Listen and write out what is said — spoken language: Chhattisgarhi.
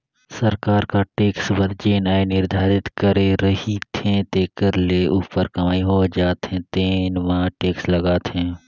सरकार कर टेक्स बर जेन आय निरधारति करे रहिथे तेखर ले उप्पर कमई हो जाथे तेन म टेक्स लागथे